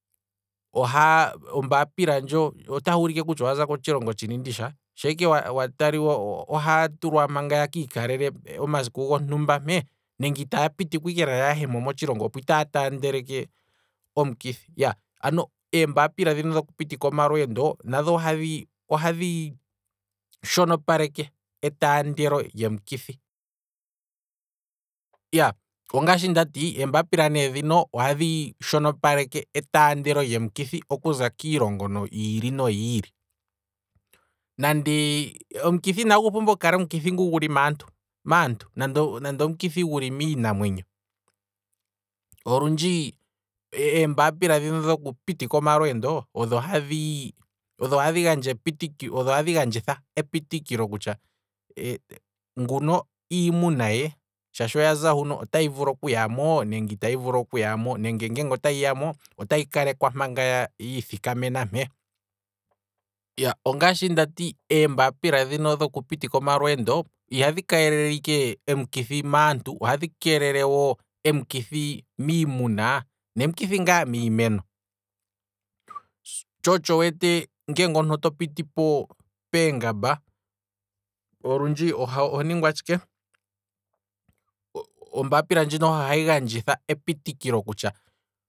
Ohaa. ombapila ndjono otahi ulike kutya owaza kotshilongo tshini nditya, shampa ike ya taliwa ohaya tulwa manga ya kiikalele omasiku gontumba mpee, nenge itaya pitikwa ike ya hemo motshilongo shaashi otaya taandeleke omukithi, ya, eembapila dhino dhoku pitika omalweendo, nadho ohadhi ohadhi shono paleke etaandelo lyomukithi, iyaa, ongashi ndati, eembapila dhino ohadhi shonopaleke etaandelo lyomukithi okuza kiilongo yiili noyiili, omukithi inagu pumbwa kukala omukithi guli maantu, nande omukithi guli miinamwenyo, olundji eembapila dhino dhoku pitika omalweendo odho hadhi gandjitha epitikilo kutya, nguno iimuna ye shaashi oyaza huno. otayi vulu okuyamo, nenge ngeenge otayi yamo otayi kalekwa manga yiithikamena mpee, ongaashi ndati, eembapiladhino dhoku pitika omalweendo, ihadhi kelele ike omikithi maantu, ohdhi keelele wo miimuna nomikithi ngaa miimeno, tsho otsho wu wete ngenge oto piti peengamba, olundji oho ningwa tshike, ombaapila ndjino oho hahi gandjitha epitikilo kutya